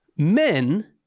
Men